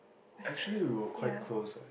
actually we are quite close lah